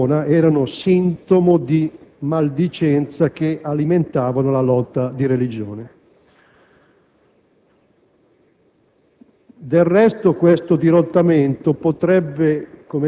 durante l'intervento all'università di Ratisbona, erano sintomo di maldicenza che alimentava la lotta di religione.